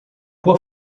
por